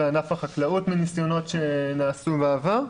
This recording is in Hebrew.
בענף החקלאות מניסיונות שנעשו בעבר.